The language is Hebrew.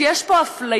שיש פה אפליה,